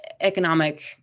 economic